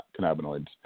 cannabinoids